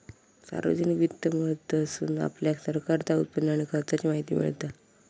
सार्वजनिक वित्त मधसून आपल्याक सरकारचा उत्पन्न आणि खर्चाची माहिती मिळता